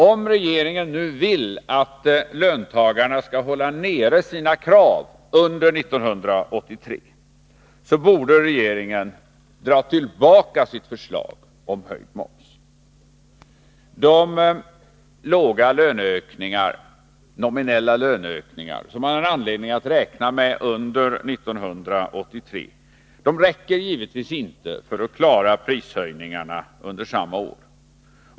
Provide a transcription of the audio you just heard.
Om regeringen nu vill att löntagarna skall hålla nere sina krav under 1983, så borde regeringen dra tillbaka sitt förslag om höjd moms. De låga nominella löneökningar som man har anledning räkna med under 1983 räcker givetvis inte för att klara prishöjningarna under samma år.